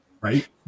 Right